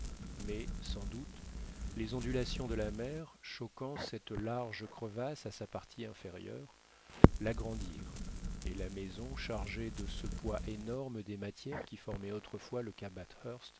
mais sans doute les ondulations de la mer choquant cette large crevasse à sa partie inférieure l'agrandirent et la maison chargée de ce poids énorme des matières qui formaient autrefois le